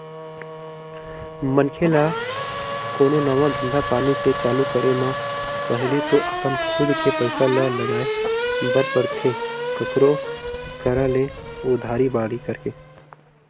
मनखे ल कोनो नवा धंधापानी के चालू करे म पहिली तो अपन खुद के पइसा ल लगाय बर परथे कखरो करा ले उधारी बाड़ही करके